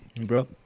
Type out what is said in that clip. Bro